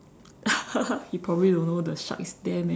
he probably don't know the shark is there man